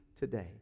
today